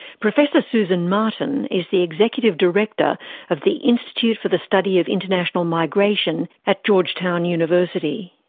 professor susan martin is the executive director of the institute for the study of international migration at georgetown university.